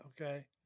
Okay